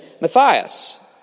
Matthias